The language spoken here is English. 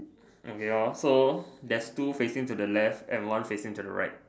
okay lor so there's two facing to the left and one facing to the right